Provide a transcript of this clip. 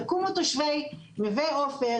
יקומו תושבי נוה עופר,